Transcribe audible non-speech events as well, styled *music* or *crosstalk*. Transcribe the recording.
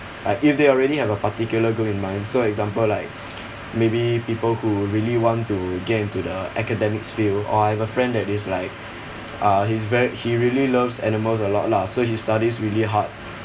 like if they already have a particular goal in mind so example like *breath* maybe people who really want to get into the academics field or I have a friend that is like uh he's very he really loves animals a lot lah so he studies really hard